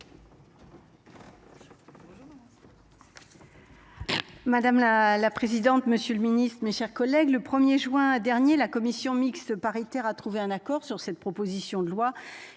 Madame la présidente. Monsieur le Ministre, mes chers collègues, le 1er juin dernier, la commission mixte paritaire a trouvé un accord sur cette proposition de loi